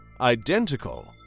identical